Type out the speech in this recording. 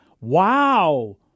Wow